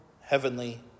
heavenly